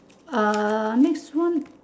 uh next one